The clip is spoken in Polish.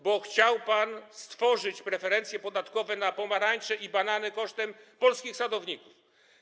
Bo chciał pan stworzyć preferencje podatkowe na pomarańcze i banany kosztem polskich sadowników.